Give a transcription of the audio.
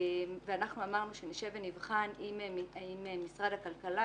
ואנחנו אמרנו שנשב ונבחן עם משרד הכלכלה,